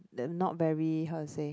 that not very how to say